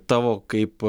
tavo kaip